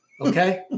Okay